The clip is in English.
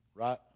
right